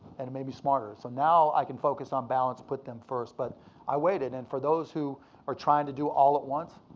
and it made me smarter. so now i can focus on balance and put them first, but i waited. and for those who are trying to do all at once,